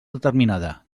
determinada